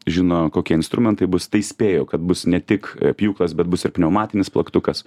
žino kokie instrumentai bus tai spėju kad bus ne tik pjūklas bet bus ir pneumatinis plaktukas